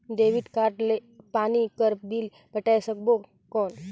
Debit card ले पानी कर बिल पटाय सकबो कौन?